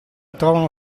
trovavano